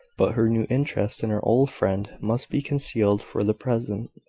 but her new interest in her old friend must be concealed for the present.